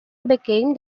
became